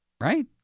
Right